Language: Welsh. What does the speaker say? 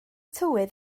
tywydd